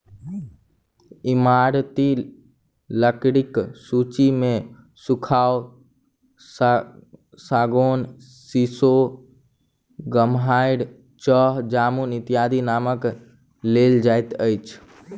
ईमारती लकड़ीक सूची मे सखुआ, सागौन, सीसो, गमहरि, चह, जामुन इत्यादिक नाम लेल जाइत अछि